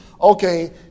okay